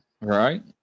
Right